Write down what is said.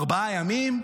ארבעה ימים,